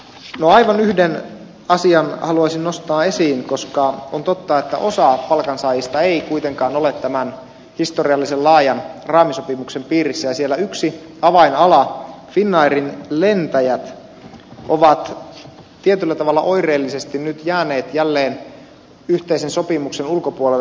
aivan yhden asian haluaisin nostaa esiin koska on totta että osa palkansaajista ei kuitenkaan ole tämän historiallisen laajan raamisopimuksen piirissä ja siellä yksi avainala finnairin lentäjät on tietyllä tavalla oireellisesti nyt jäänyt jälleen yhteisen sopimuksen ulkopuolelle